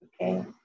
Okay